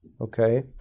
okay